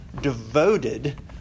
devoted